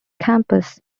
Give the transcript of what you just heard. campus